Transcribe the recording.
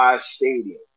Stadium